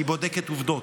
היא בודקת עובדות.